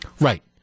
right